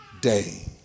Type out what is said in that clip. day